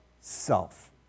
self